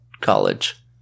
college